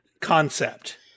concept